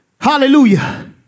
hallelujah